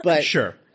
Sure